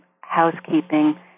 housekeeping